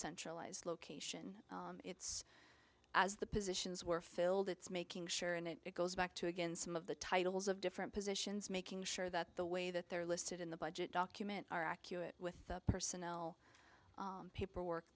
centralized location it's as the positions were filled it's making sure and it goes back to again some of the titles of different positions making sure that the way that they're listed in the budget document are accurate with the personnel paperwork